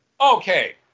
Okay